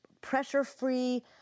pressure-free